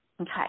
okay